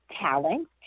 talent